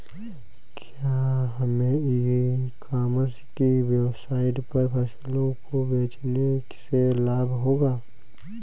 क्या हमें e commerce की वेबसाइट पर फसलों को बेचने से लाभ होगा?